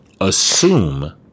assume